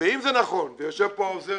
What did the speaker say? ואם זה נכון ויושב פה העוזר